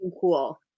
cool